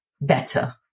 better